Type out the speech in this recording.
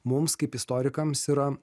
mums kaip istorikams yra